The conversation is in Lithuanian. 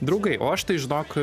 draugai o aš tai žinok